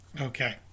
Okay